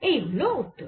এই হল উত্তর